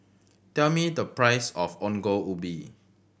tell me the price of Ongol Ubi